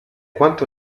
quanto